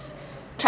try